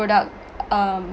product um